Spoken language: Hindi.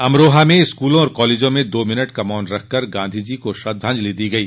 अमरोहा में स्कूल और कॉलेजों में दो मिनट का मौन रख कर गांधी जी को श्रद्वाजंलि दी गई